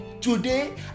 Today